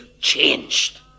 changed